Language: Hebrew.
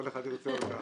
כל אחד ירצה אותה.